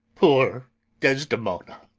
poor desdemona!